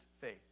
faith